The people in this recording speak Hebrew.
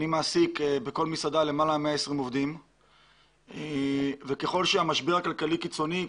אני מעסיק בכל מסעדה למעלה מ-120 עובדים וככל שהמשבר הכלכלי קיצוני,